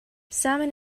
salmon